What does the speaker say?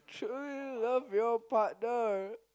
should you love your partner